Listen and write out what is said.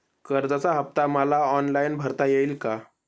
कर्जाचा हफ्ता मला ऑनलाईन भरता येईल का?